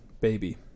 baby